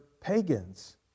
pagans